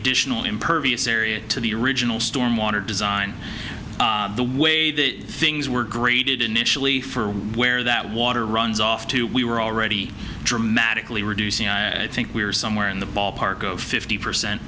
additional impervious area to the original storm water design the way that things were graded initially for where that water runs off to we were already dramatically reducing i think we were somewhere in the ballpark of fifty percent